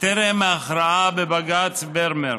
טרם ההכרעה בבג"ץ ברמר.